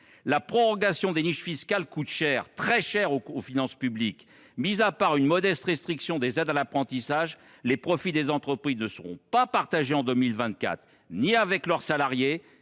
La prorogation des niches fiscales coûte très cher aux finances publiques. Une modeste restriction des aides à l’apprentissage mise à part, les profits des entreprises ne seront partagés en 2024 ni avec leurs salariés